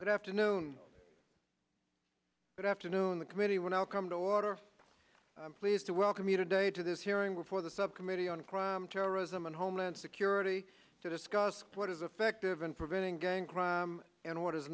but afternoon good afternoon the committee when i'll come to order i'm pleased to welcome you today to this hearing before the subcommittee on crime terrorism and homeland security to discuss what is effective in preventing gang crime and what is